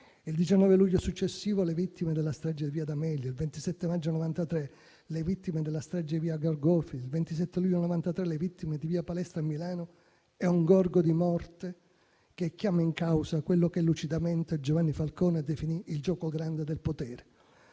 il 19 luglio successivo le vittime della strage di via D'Amelio, il 27 maggio del 1993 le vittime della strage di via dei Georgofili, il 27 luglio 1993 le vittime di via Palestro a Milano è un gorgo di morte che chiama in causa quello che lucidamente Giovanni Falcone definì il gioco grande del potere,